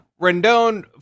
Rendon